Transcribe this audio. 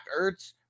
Ertz